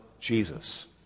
Jesus